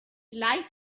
life